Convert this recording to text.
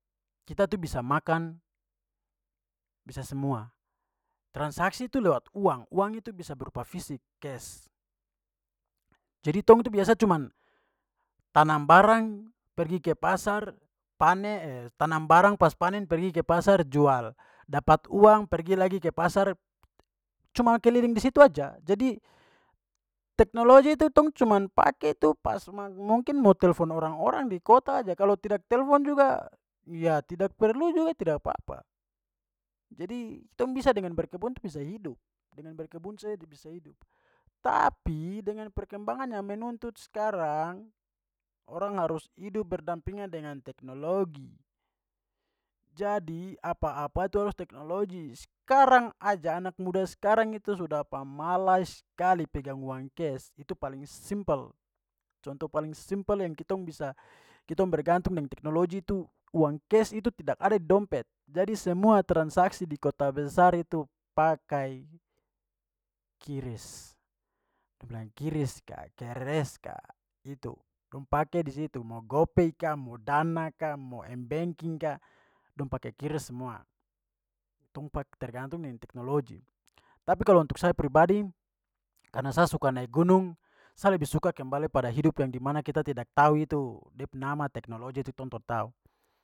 Kita tu bisa makan, bisa semua. Transaksi tu lewat uang, uang itu bisa berupa fisik, cash. Jadi tong itu biasa cuman tanam barang, pergi ke pasar, panen, tanam barang pas panen pergi ke pasar, jual. Dapat uang pergi lagi ke pasar, cuma keliling di situ aja. Jadi teknologi tu tong cuman pakai itu pas mungkin mo telfon orang-orang di kota aja. Kalau tidak telfon juga ya tidak perlu juga tidak papa. Jadi tong bisa dengan berkebun tu bisa hidup, dengan berkebun saja bisa hidup. Tapi dengan perkembangannya menuntut sekarang orang harus hidup berdampingan dengan teknologi. Jadi apa-apa tu harus teknologi. Sekarang aja anak muda sekarang itu sudah pamalas skali pegang uang cash, itu paling simpel. Contoh paling simpel yang kitong bisa kitong bergantung dengan teknologi itu uang cash itu tidak ada di dompet. Jadi semua transaksi di kota besar itu pakai qris. Dong bilang kiris ka, keres ka, itu, dong pake di situ. Mo gopay ka, mo dana ka, mo m-banking ka, dong pake qris semua. Tong tergantung dengan teknologi. Tapi kalau untuk saya pribadi, karena sa suka naik gunung saya lebih suka kembali pada hidup yang dimana kita tidak tahu itu de pu nama teknologi itu tong tra tahu.